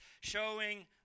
showing